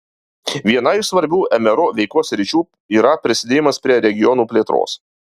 viena iš svarbių mru veikos sričių yra prisidėjimas prie regionų plėtros